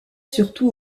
surtout